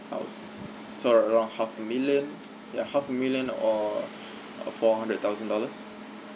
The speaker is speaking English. house so it around half a million ya half a million or a four hundred thousand dollars